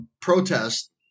protest